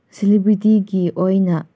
ꯁꯦꯂꯤꯕ꯭ꯔꯤꯇꯤꯒꯤ ꯑꯣꯏꯅ